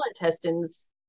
intestines